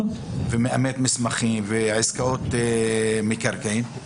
מאמת מסמכים ועסקאות מקרקעין,